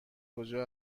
کجا